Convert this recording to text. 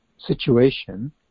situation